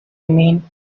mean